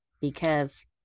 because-